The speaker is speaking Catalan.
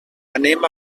anem